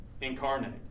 incarnate